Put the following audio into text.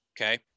okay